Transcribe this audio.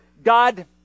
God